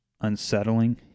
unsettling